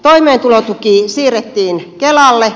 toimeentulotuki siirrettiin kelalle